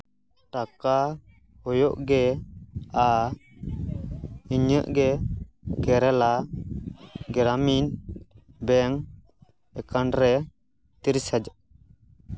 ᱴᱟᱠᱟ ᱦᱩᱭᱩᱜ ᱜᱮ ᱟ ᱤᱧᱟᱹᱜ ᱜᱮ ᱠᱮᱨᱟᱞᱟ ᱜᱨᱟᱢᱤᱱ ᱵᱮᱝᱠ ᱮᱠᱟᱣᱩᱱᱴ ᱨᱮ ᱛᱤᱨᱤᱥ ᱦᱟᱡᱟᱨ